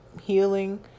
healing